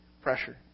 pressure